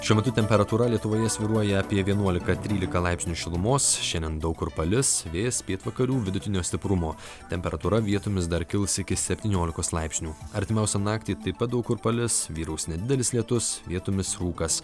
šiuo metu temperatūra lietuvoje svyruoja apie vienuolika trylika laipsnių šilumos šiandien daug kur palis vėjas pietvakarių vidutinio stiprumo temperatūra vietomis dar kils iki septyniolikos laipsnių artimiausią naktį taip pat daug kur palis vyraus nedidelis lietus vietomis rūkas